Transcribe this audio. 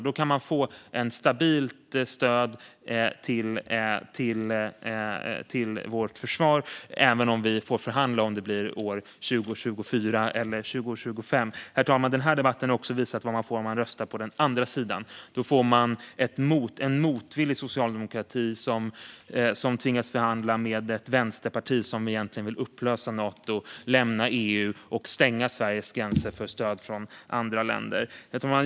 Man kan få ett stabilt stöd till vårt försvar, även om vi får förhandla om huruvida det blir år 2024 eller år 2025. Herr talman! Den här debatten har också visat vad man får om man röstar på den andra sidan. Då får man en motvillig socialdemokrati som tvingas förhandla med ett vänsterparti som egentligen vill upplösa Nato, lämna EU och stänga Sveriges gränser för stöd från andra länder. Herr talman!